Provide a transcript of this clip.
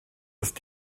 ist